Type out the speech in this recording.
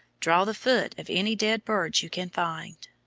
draw the foot of any dead bird you can find.